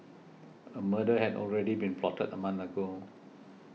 a murder had already been plotted a month ago